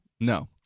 no